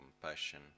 compassion